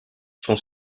son